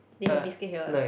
they have biscuit here